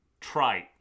Trite